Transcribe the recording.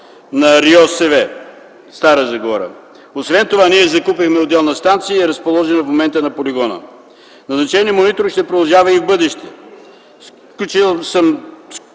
на РИОСВ – Стара Загора. Освен това ние закупихме отделна станция и в момента е разположена на полигона. Назначеният мониторинг ще продължава и в бъдеще.